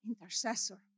intercessor